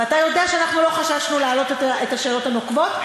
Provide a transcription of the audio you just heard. ואתה יודע שלא חששנו להעלות את השאלות הנוקבות,